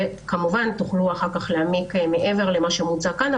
וכמובן תוכלו אחר כך להעמיק מעבר למה שמוצג כאן.